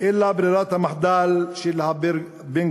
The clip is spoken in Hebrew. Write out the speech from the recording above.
אלא ברירת המחדל של הבן-גוריוניזם.